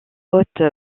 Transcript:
haute